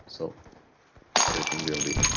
so everything will be